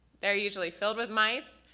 they're usually filled with mice,